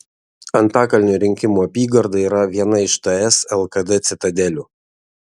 antakalnio rinkimų apygarda yra viena iš ts lkd citadelių